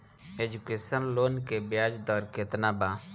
Education loan के ब्याज दर केतना बा?